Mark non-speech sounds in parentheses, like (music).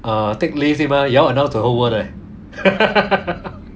uh take leave 对 mah 也要 announce the whole world 的 leh (laughs)